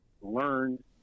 learned